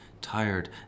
tired